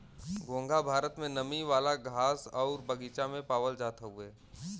घोंघा भारत में नमी वाला घास आउर बगीचा में पावल जात हउवे